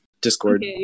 Discord